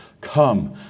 Come